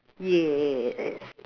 yes